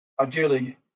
ideally